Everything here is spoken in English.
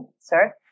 sir